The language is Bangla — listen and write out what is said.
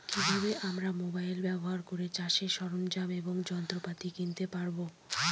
কি ভাবে আমরা মোবাইল ব্যাবহার করে চাষের সরঞ্জাম এবং যন্ত্রপাতি কিনতে পারবো?